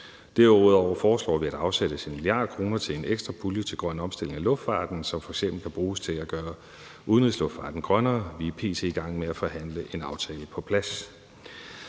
Derudover foreslår vi, at der afsættes 1 mia. kr. til en ekstra pulje til grøn omstilling af luftfarten, som f.eks. kan bruges til at gøre udenrigsluftfarten grønnere. Vi er p.t. i gang med at forhandle en aftale på plads.